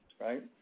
right